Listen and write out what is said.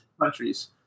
countries